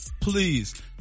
please